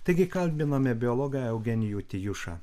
taigi kalbinome biologą eugenijų tijušą